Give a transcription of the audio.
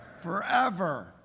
Forever